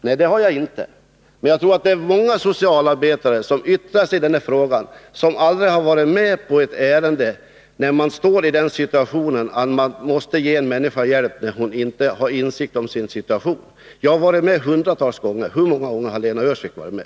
Nej, det har jag inte. Men jag tror att många av de socialarbetare som har yttrat sig i den här frågan aldrig har varit med om att handlägga ett ärende, där man står inför situationen att vara tvungen att hjälpa en människa, som inte har insikt om sin situation. Jag har varit med om sådana fall hundratals gånger. Hur många gånger har Lena Öhrsvik varit det?